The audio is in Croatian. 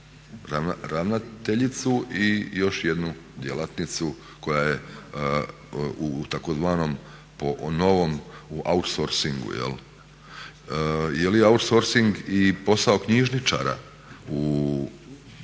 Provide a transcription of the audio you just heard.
ravnateljicu i još jednu djelatnicu koja je u tzv. po novom u outsorcingu jel'. Je li outsorcing i posao knjižničara u